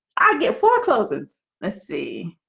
i get forecloses. let's see